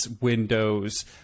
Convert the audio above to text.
windows